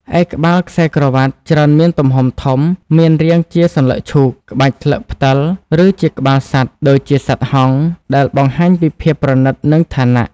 ឯក្បាលខ្សែក្រវាត់ច្រើនមានទំហំធំ មានរាងជាសន្លឹកឈូក ក្បាច់ស្លឹកផ្តិល ឬជាក្បាលសត្វ ដូចជាសត្វហង្ស ដែលបង្ហាញពីភាពប្រណីត និងឋានៈ។